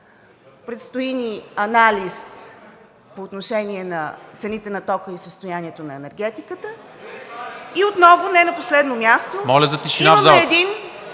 предстои ни анализ по отношение на цените на тока и състоянието на енергетиката. И отново – не на последно място,… (Шум и